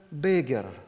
bigger